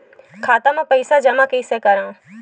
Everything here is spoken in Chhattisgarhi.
खाता म पईसा जमा कइसे करव?